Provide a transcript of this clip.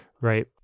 Right